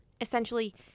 Essentially